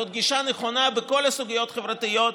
זאת גישה נכונה בכל הסוגיות החברתיות,